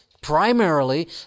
Primarily